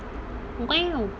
!wow!